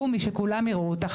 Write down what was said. קומי שכולם יראו אותך,